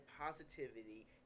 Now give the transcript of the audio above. positivity